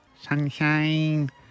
Sunshine